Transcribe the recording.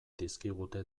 dizkigute